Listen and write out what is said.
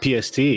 PST